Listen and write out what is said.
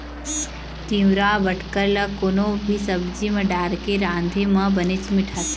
तिंवरा बटकर ल कोनो भी सब्जी म डारके राँधे म बनेच मिठाथे